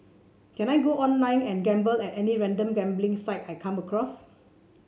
can I go online and gamble at any random gambling site I come across